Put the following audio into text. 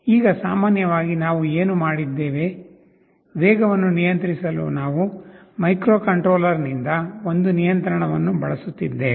ಈಗ ಸಾಮಾನ್ಯವಾಗಿ ನಾವು ಏನು ಮಾಡಿದ್ದೇವೆ ವೇಗವನ್ನು ನಿಯಂತ್ರಿಸಲು ನಾವು ಮೈಕ್ರೊಕಂಟ್ರೋಲರ್ನಿಂದ ಒಂದು ನಿಯಂತ್ರಣವನ್ನು ಬಳಸುತ್ತಿದ್ದೇವೆ